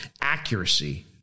accuracy